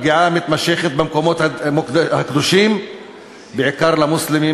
פגיעה מתמשכת במקומות הקדושים בעיקר למוסלמים,